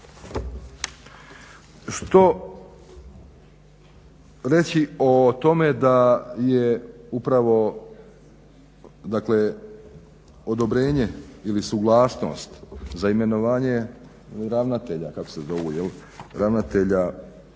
Što reći o tome da je upravo, dakle odobrenje ili suglasnost za imenovanje ravnatelja, kako se zovu ravnatelja